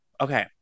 Okay